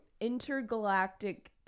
intergalactic